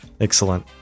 Excellent